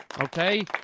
okay